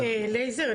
לייזר,